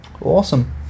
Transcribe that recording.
awesome